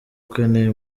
ukeneye